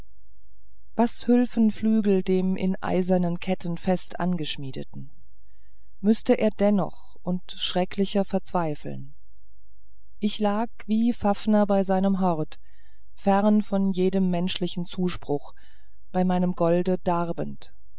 was hülfen flügel dem in eisernen ketten fest angeschmiedeten er müßte dennoch und schrecklicher verzweifeln ich lag wie faffner bei seinem hort fern von jedem menschlichen zuspruch bei meinem golde darbend